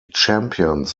champions